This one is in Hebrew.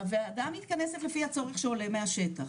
הוועדה מתכנסת לפי הצורך שעולה מהשטח,